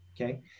Okay